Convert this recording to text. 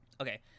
okay